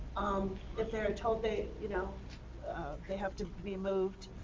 um if they are told they you know they have to be moved,